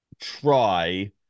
try